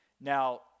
Now